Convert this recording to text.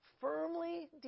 firmly